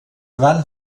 van